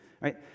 right